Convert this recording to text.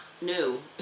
new